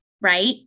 right